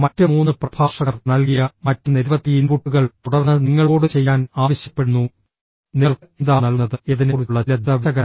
മറ്റ് മൂന്ന് പ്രഭാഷകർ നൽകിയ മറ്റ് നിരവധി ഇൻപുട്ടുകൾ തുടർന്ന് നിങ്ങളോട് ചെയ്യാൻ ആവശ്യപ്പെടുന്നു നിങ്ങൾക്ക് എന്താണ് നൽകുന്നത് എന്നതിനെക്കുറിച്ചുള്ള ചില ദ്രുത വിശകലനം